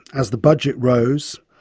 as the budget rose,